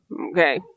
okay